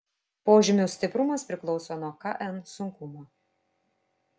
požymių stiprumas priklauso nuo kn sunkumo